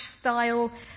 style